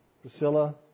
Priscilla